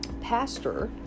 pastor